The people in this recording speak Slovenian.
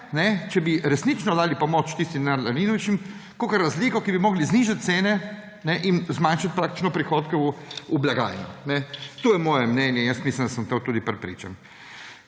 če bi resnično dali pomoč tistim najranljivejšim, kakor razlika, ko bi morali znižati cene in zmanjšati praktično prihodke v blagajno. To je moje mnenje in sem v to tudi prepričan.